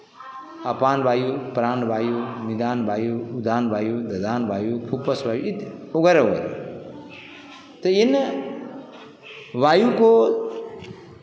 अपान वायु प्राण वायु निदान वायु उदान वायु ददान वायु खूपस वायु इत वगैरह वगैरह तो इन वायु को